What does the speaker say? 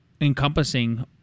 encompassing